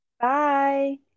bye